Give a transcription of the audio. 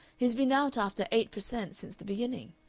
he's been out after eight per cent. since the beginning.